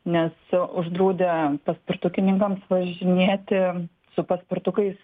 nes uždraudė paspirtukininkams važinėti su paspirtukais